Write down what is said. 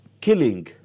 killing